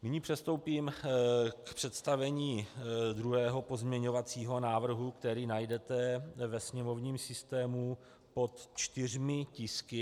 Nyní přistoupím k představení druhého pozměňovacího návrhu, který najdete ve sněmovním systému pod čtyřmi tisky.